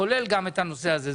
כולל גם את הנושא הזה,